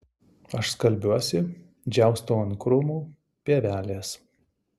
aš skalbiuosi džiaustau ant krūmų pievelės